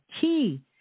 key